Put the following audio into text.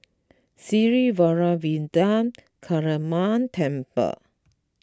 Sri Vairavimada Kaliamman Temple